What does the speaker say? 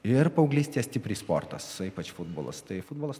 ir paauglystėje stipriai sportas ypač futbolas tai futbolas